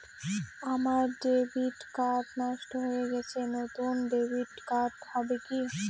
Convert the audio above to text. আমার debit card নষ্ট হয়ে গেছে নূতন ডেবিট কার্ড হবে কি?